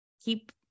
keep